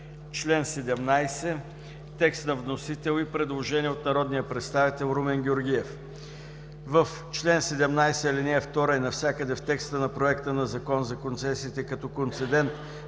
Член 17 – текст на вносител и предложение от народния представител Румен Георгиев: „В чл. 17, ал. 2, и навсякъде в текста на Проекта на Закон за концесиите като концедент